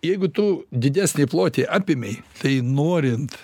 jeigu tu didesnį plotį apėmei tai norint